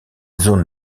zone